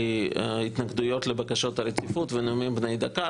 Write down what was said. ההתנגדויות לבקשות הרציפות ונאומים בני דקה.